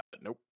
Nope